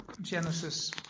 Genesis